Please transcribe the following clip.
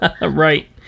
right